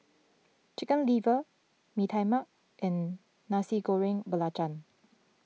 Chicken Liver Mee Tai Mak and Nasi Goreng Belacan